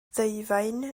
ddeufaen